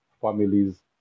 families